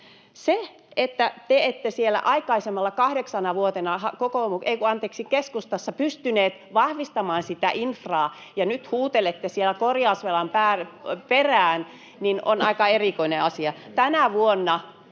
vuotena kokoomuksessa — ei kun anteeksi — keskustassa pystyneet vahvistamaan sitä infraa ja nyt huutelette siellä korjausvelan perään. Se on aika erikoinen asia. Tänä vuonna